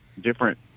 different